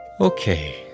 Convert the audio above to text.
Okay